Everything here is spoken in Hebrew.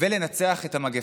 ולנצח את המגפה.